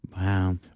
Wow